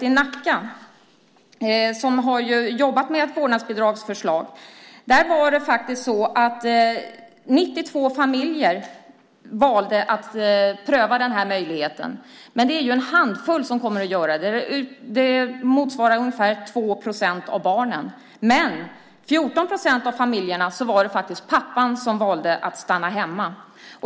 I Nacka, som ju har jobbat med ett vårdnadsbidragsförslag, var det 92 familjer som valde att pröva den möjligheten. Det är en handfull som kommer att göra det. Det motsvarar ungefär 2 procent av barnen, men i 14 procent av familjerna var det pappan som valde att stanna hemma.